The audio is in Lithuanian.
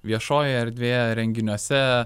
viešojoje erdvėje renginiuose